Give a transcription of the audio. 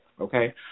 okay